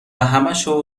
همشو